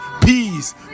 Peace